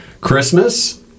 Christmas